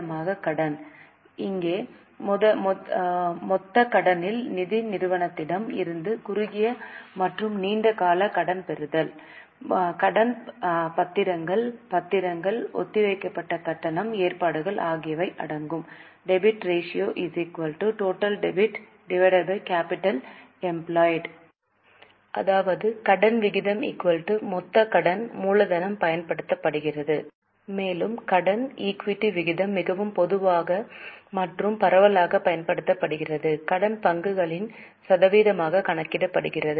கடன் விகிதம் மொத்த கடன் மூலதனம் பயன்படுத்தப்படுகிறது இங்கே மொத்த கடனில் நிதி நிறுவனத்திடம் இருந்து குறுகிய மற்றும் நீண்ட கால கடன் பெறுதல் கடன் பத்திரங்கள் பத்திரங்கள் ஒத்திவைக்கப்பட்ட கட்டணம் ஏற்பாடுகள் ஆகியவை அடங்கும் மேலும் கடன் ஈக்விட்டி விகிதம் மிகவும் பொதுவான மற்றும் பரவலாகப் பயன்படுத்தப்படுகிறது கடன் பங்குகளின் சதவீதமாக கணக்கிடப்படுகிறது